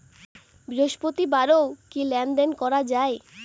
বৃহস্পতিবারেও কি লেনদেন করা যায়?